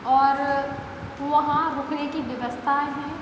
और वहाँ रुकने की व्यवस्था है